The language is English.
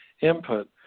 input